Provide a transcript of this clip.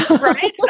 Right